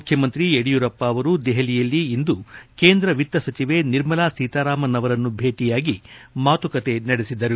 ಮುಖ್ಯಮಂತ್ರಿ ಯಡಿಯೂರಪ್ಪ ಅವರು ದೆಪಲಿಯಲ್ಲಿಂದು ಕೇಂದ್ರ ವಿತ್ತ ಸಚಿವೆ ನಿರ್ಮಲಾ ಸೀತಾರಾಮನ್ ಅವರನ್ನು ಭೇಟಿಯಾಗಿ ಮಾತುಕತೆ ನಡೆಸಿದರು